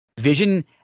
Vision